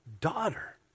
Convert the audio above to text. daughter